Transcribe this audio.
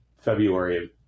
February